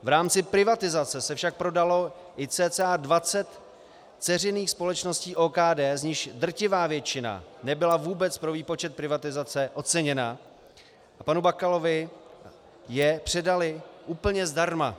V rámci privatizace se však prodalo i cca 20 dceřiných společností OKD, z nichž drtivá většina nebyla vůbec pro výpočet privatizace oceněna, a panu Bakalovi je předali úplně zdarma.